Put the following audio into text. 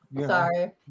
Sorry